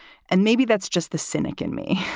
and maybe that's just the cynic in me.